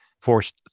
forced